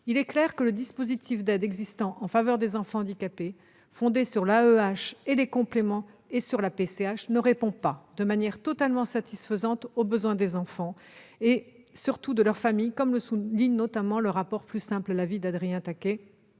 Il est clair que le dispositif d'aide existant en faveur des enfants handicapés, fondé sur l'AEEH et ses compléments et sur la PCH, ne répond pas de manière totalement satisfaisante aux besoins des enfants et de leurs familles, comme cela est notamment souligné dans le rapport intitulé d'Adrien Taquet,